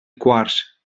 quars